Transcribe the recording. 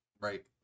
right